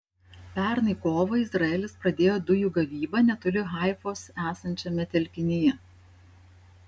pernai kovą izraelis pradėjo dujų gavybą netoli haifos esančiame telkinyje